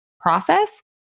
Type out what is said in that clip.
process